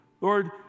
Lord